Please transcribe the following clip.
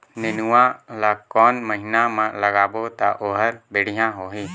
नेनुआ ला कोन महीना मा लगाबो ता ओहार बेडिया होही?